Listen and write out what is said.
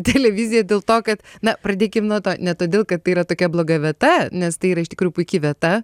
televiziją dėl to kad na pradėkim nuo to ne todėl kad tai yra tokia bloga vieta nes tai yra iš tikrųjų puiki vieta